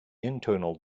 internal